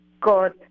good